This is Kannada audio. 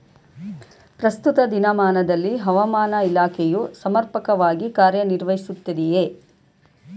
ಪ್ರಸ್ತುತ ದಿನಮಾನದಲ್ಲಿ ಹವಾಮಾನ ಇಲಾಖೆಯು ಸಮರ್ಪಕವಾಗಿ ಕಾರ್ಯ ನಿರ್ವಹಿಸುತ್ತಿದೆಯೇ?